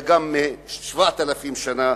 אלא גם מלפני 7,000 שנה,